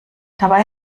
dabei